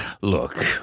Look